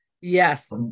yes